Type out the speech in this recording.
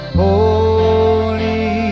holy